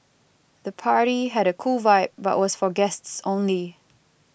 the party had a cool vibe but was for guests only